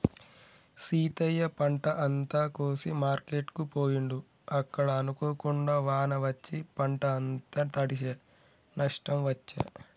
సీతయ్య పంట అంత కోసి మార్కెట్ కు పోయిండు అక్కడ అనుకోకుండా వాన వచ్చి పంట అంత తడిశె నష్టం వచ్చే